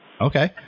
Okay